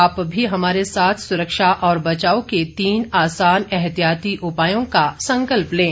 आप भी हमारे साथ सुरक्षा और बचाव के तीन आसान एहतियाती उपायों का संकल्प लें